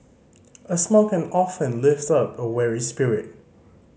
a smile can often lift up a weary spirit